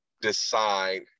decide